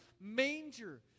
manger